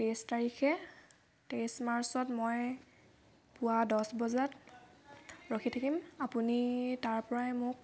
তেইছ তাৰিখে তেইছ মাৰ্চত মই পুৱা দহ বজাৰ ৰখি থাকিম আপুনি তাৰ পৰাই মোক